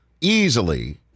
easily